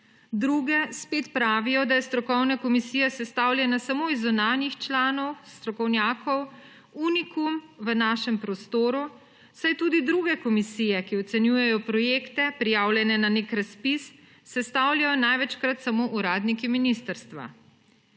druge spet pravijo, da je strokovna komisija, sestavljena samo iz zunanjih članov strokovnjakov, unikum v našem prostoru, saj tudi druge komisije, ki ocenjujejo projekte, prijavljene na nek razpis, sestavljajo največkrat samo uradniki ministrstva.